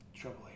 trouble